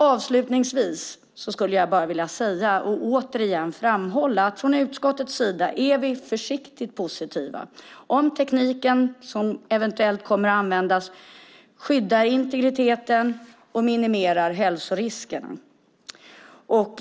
Avslutningsvis skulle jag vilja säga och återigen framhålla att vi från utskottets sida är försiktigt positiva, om den teknik som eventuellt kommer att användas skyddar integriteten och minimerar hälsoriskerna.